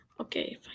okay